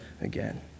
again